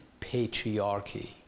patriarchy